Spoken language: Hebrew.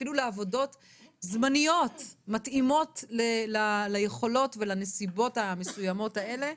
אפילו לעבודות זמניות שמתאימות ליכולות ונסיבות המסוימות האלה.